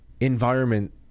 environment